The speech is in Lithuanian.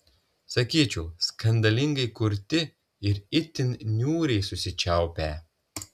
sakyčiau skandalingai kurti ir itin niūriai susičiaupę